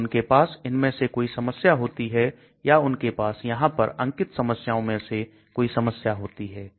तो उनके पास इनमें से कोई समस्या होती है या उनके पास यहां पर अंकित समस्याओं में से कोई समस्या होती है